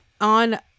on